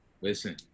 listen